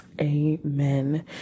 amen